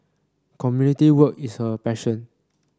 community work is her passion